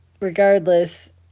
regardless